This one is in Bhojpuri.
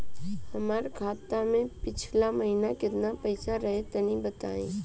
हमरा खाता मे पिछला महीना केतना पईसा रहे तनि बताई?